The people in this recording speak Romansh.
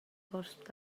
hosps